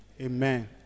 Amen